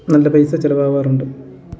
നല്ല പൈസ ചിലവാകാറുണ്ട്